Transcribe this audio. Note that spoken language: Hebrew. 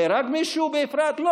נהרג מישהו באפרת?